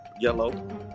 yellow